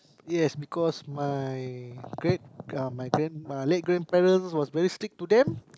yes because my great uh my grand~ late grandparents was very strict to them